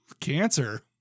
cancer